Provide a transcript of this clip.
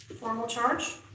formal charge